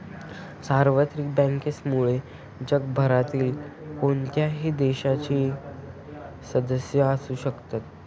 सार्वत्रिक बँक्समध्ये जगभरातील कोणत्याही देशाचे सदस्य असू शकतात